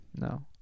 No